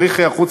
צריך היערכות,